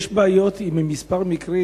יש בעיות עם כמה מקרים,